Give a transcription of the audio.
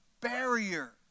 barrier